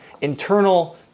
internal